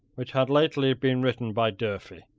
which had lately been written by durfey,